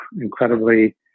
incredibly